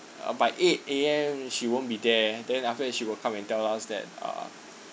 uh by eight A_M she won't be there then after that she will come and tell us that uh